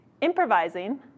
improvising